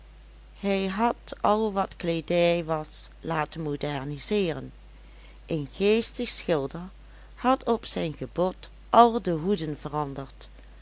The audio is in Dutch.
hij had al wat kleedij was laten modernizeeren een geestig schilder had op zijn gebod al de hoeden veranderd